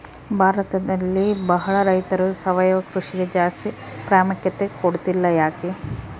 ಭಾರತದಲ್ಲಿ ಬಹಳ ರೈತರು ಸಾವಯವ ಕೃಷಿಗೆ ಜಾಸ್ತಿ ಪ್ರಾಮುಖ್ಯತೆ ಕೊಡ್ತಿಲ್ಲ ಯಾಕೆ?